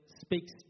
speaks